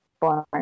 born